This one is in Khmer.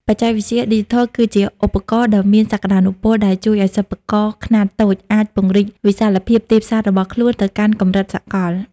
បច្ចេកវិទ្យាឌីជីថលគឺជាឧបករណ៍ដ៏មានសក្ដានុពល ដែលជួយឱ្យសិប្បករខ្នាតតូចអាចពង្រីកវិសាលភាពទីផ្សាររបស់ខ្លួនទៅកាន់កម្រិតសកល។